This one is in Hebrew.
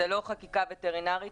זו לא חקיקה וטרינרית.